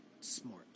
smart